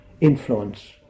influence